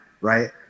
right